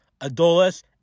Adoles